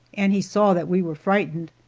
and he saw that we were frightened.